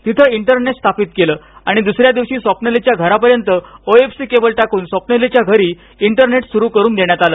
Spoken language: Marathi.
तिथे इंटरनेट स्थापित केलं आणि दुसऱ्यादिवशी स्वप्नालीच्या घरापर्यंत आेएफसी केबल टाकून स्वप्नालीच्या घरी इंटरनेट सुरू करून देण्यात आलं